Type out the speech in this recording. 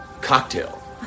cocktail